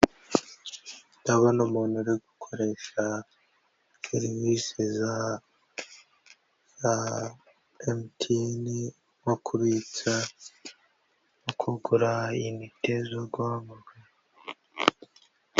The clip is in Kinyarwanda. Ndabona umuntu uri gukoresha serivise za MTN nko kubitsa no kugura initi zo guhama.